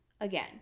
again